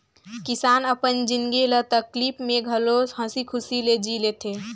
किसान अपन जिनगी ल तकलीप में घलो हंसी खुशी ले जि ले थें